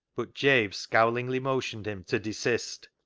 but jabe scowlingly motioned him to desist.